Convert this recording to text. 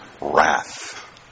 wrath